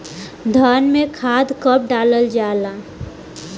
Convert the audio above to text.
धान में खाद कब डालल जाला?